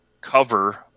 cover